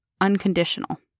unconditional